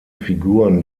figuren